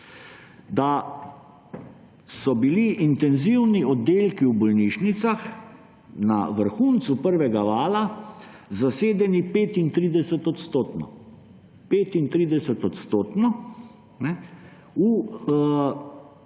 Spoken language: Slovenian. da so bili intenzivni oddelki v bolnišnicah na vrhuncu prvega vala zasedeni 35-odstotno, v domovih